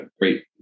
great